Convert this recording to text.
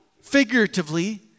figuratively